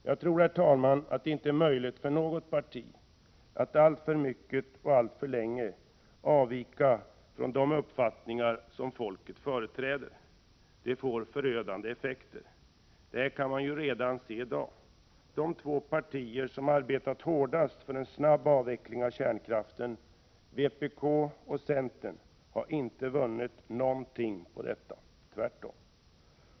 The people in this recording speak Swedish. Jag tror, herr talman, att det inte är möjligt för något parti att alltför mycket och alltför länge avvika från de uppfattningar som folket företräder. Det får förödande effekter. Det här kan man ju se redan i dag. De två partier som arbetat hårdast för en snabb avveckling av kärnkraften — vpk och centern — har inte vunnit något på detta, tvärtom.